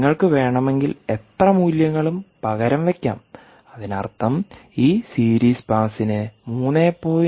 നിങ്ങൾക്ക് വേണമെങ്കിൽ എത്ര മൂല്യങ്ങളും പകരം വയ്ക്കാം അതിനർത്ഥം ഈ സീരീസ് പാസിന് 3